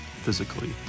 physically